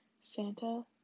Santa